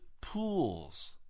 pools